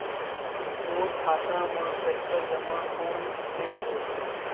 मोर खाता मा पईसा जमा कोन मेर होही?